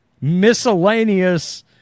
miscellaneous